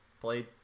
played